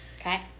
okay